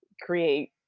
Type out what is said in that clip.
create